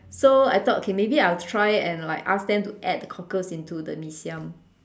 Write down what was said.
so I thought okay maybe I'll try and like ask them to add cockles into the mee siam